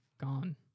gone